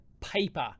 paper